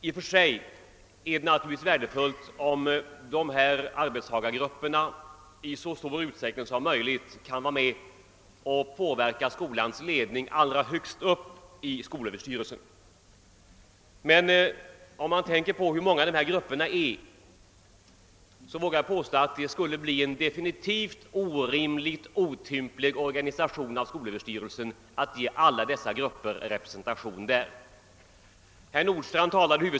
I och för sig är det värdefullt om dessa arbetstagargrupper i så stor utsträckning som möjligt kan vara med och påverka skolans ledning allra högst upp, i skolöverstyrelsen. Men med tanke på hur många dessa grupper är vågar jag påstå att det skulle bli en definitivt otymplig organisation av skolöverstyrelsen om alla dessa gavs representation där.